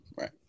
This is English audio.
right